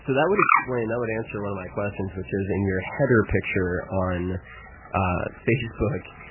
so that would explain, that would answer one of my questions which is, in your header picture on facebook,